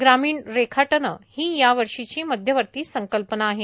ग्रामीण रेखाटनं ही या वर्षीची मध्यवर्ती संकल्पना आहे